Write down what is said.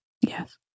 Yes